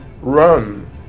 run